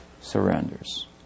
surrenders